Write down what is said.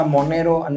Monero